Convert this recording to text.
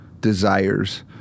desires